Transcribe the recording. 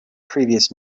previous